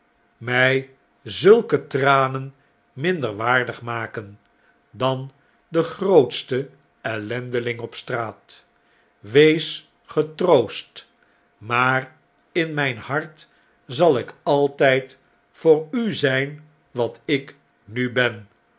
nig zulke tranen minder waardig maken dan de grootste ellendeling op straat wees getroost maar in mn'n hart zal ik altjjd voor u zijn wat ik nu ben